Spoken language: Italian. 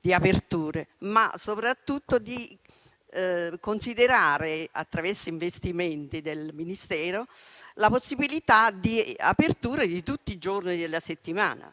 di apertura, ma soprattutto di considerare, attraverso investimenti del Ministero, la possibilità di apertura tutti i giorni della settimana.